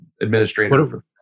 administrator